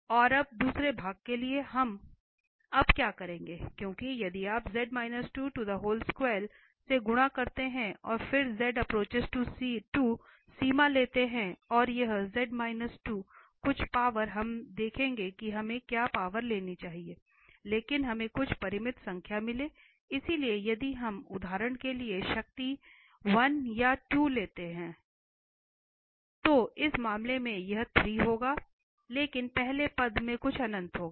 और अब दूसरे भाग के लिए हम अब क्या करेंगे क्योंकि यदि आप से गुणा करते हैं और फिर सीमा लेते हैं और यह z 2 कुछ पावर हम देखेंगे कि हमें क्या पावर लेनी चाहिए ताकि हमें कुछ परिमित संख्या मिले इसलिए यदि हम उदाहरण के लिए शक्ति 1 या 2 लेते हैं तो इस मामले में यह 3 होगा लेकिन पहले पद में कुछ अनंत होगा